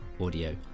audio